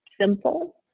simple